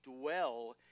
dwell